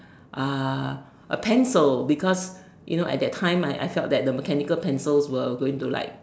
uh a pencil because you know at that time I I felt that the mechanical pencils where going to like